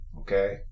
Okay